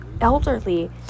elderly